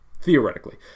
Theoretically